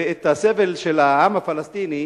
ואת הסבל של העם הפלסטיני,